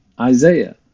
Isaiah